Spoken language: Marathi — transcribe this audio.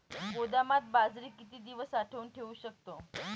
गोदामात बाजरी किती दिवस साठवून ठेवू शकतो?